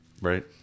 Right